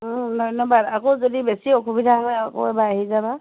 ধন্যবাদ আকৌ যদি বেছি অসুবিধা হয় আকৌ এবাৰ আহি যাবা